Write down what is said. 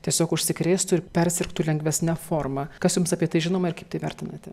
tiesiog užsikrėstų ir persirgtų lengvesne forma kas jums apie tai žinoma ir kaip tai vertinate